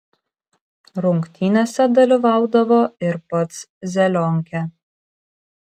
rungtynėse dalyvaudavo ir pats zelionkė